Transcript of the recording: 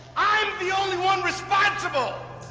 i'm the only one responsible!